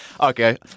Okay